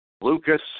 Lucas